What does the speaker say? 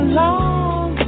long